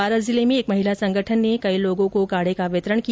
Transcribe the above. बारां जिले में एक महिला संगठन ने कई लोगों को काढ़े का वितरण किया